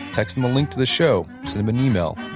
text them a link to the show, send them an email,